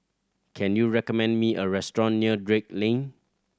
can you recommend me a restaurant near Drake Lane